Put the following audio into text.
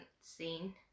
seen